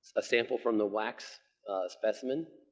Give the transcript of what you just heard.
a sample from the wax specimen,